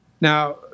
Now